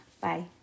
Bye